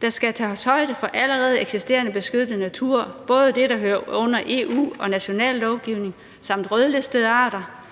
Der skal tages højde for allerede eksisterende beskyttet natur, både det, der hører under EU og national lovgivning samt rødlistede arter